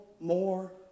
more